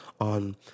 on